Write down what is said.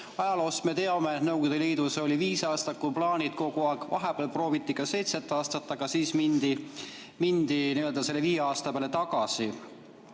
Ajaloost me teame, et Nõukogude Liidus olid viisaastakuplaanid, vahepeal prooviti ka seitset aastat, aga siis mindi viie aasta peale tagasi.